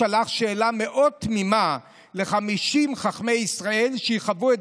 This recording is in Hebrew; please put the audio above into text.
שלח שאלה מאוד תמימה ל-50 חכמי ישראל שיחוו את